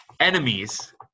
enemies